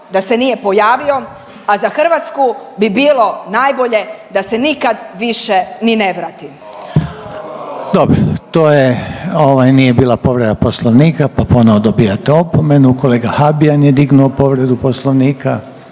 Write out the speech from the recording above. da se nije pojavio, a za Hrvatsku bi bilo najbolje da se nikad više ni ne vrati. **Reiner, Željko (HDZ)** Dobro. To je, ovaj nije bila povreda Poslovnika pa ponovno dobijate opomenu. Kolega Habijan je dignuo povredu Poslovnika.